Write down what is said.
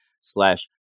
slash